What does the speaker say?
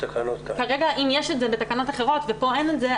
אם יש את זה בתקנות אחרות ופה אין את זה,